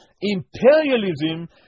Imperialism